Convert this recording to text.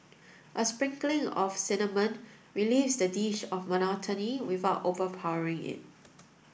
a sprinkling of cinnamon relieves the dish of monotony without overpowering it